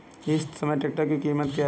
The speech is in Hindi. इस समय ट्रैक्टर की कीमत क्या है?